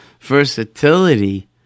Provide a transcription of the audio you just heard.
versatility